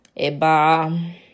Eba